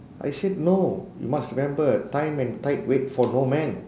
I said no you must remember time and tide wait for no man